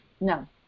No